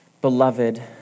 Beloved